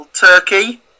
turkey